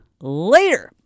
later